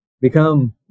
become